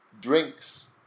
drinks